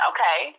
Okay